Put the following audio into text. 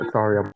Sorry